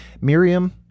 Miriam